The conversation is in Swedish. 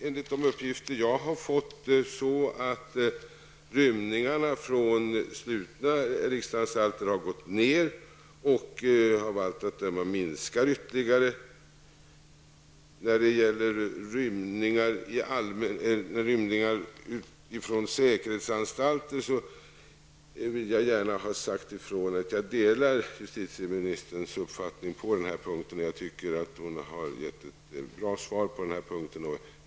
Enligt de uppgifter jag har fått har antalet rymningar från slutna riksanstalter minskat och fortsätter av allt att döma att minska. När det gäller rymningar från säkerhetsanstalter delar jag justitieministerns uppfattning, och jag anser att hon har gett ett bra svar på den här frågan.